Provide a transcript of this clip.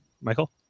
michael